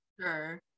Sure